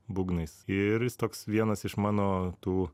būgnais ir jis toks vienas iš mano tų